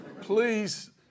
Please